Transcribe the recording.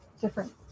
different